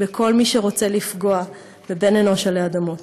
בכל מי שרוצה לפגוע בבן-אנוש עלי אדמות.